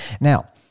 Now